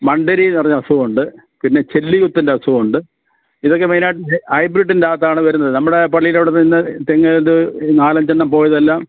മണ്ടരി എന്ന് പറഞ്ഞ അസുഖമുണ്ട് പിന്നെ ചെല്ലി കുത്തിൻ്റെ അസുഖമുണ്ട് ഇതൊക്കെ മെയിൻ ആയിട്ട് ഹൈബ്രിഡിൻറെ അകത്താണ് വരുന്നത് നമ്മുടെ പള്ളിയുടെ അവിടെ നിന്ന് ഇന്ന് തെങ്ങ് ഇത് നാലഞ്ചെണ്ണം പോയതെല്ലാം